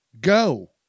Go